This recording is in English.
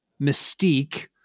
Mystique